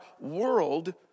world